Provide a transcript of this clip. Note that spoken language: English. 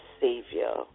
savior